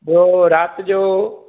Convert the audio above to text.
ॿियो राति जो